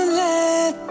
let